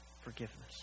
forgiveness